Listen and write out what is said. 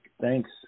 thanks